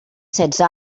setze